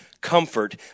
comfort